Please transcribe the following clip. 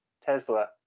Tesla